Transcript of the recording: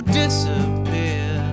disappear